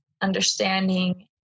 understanding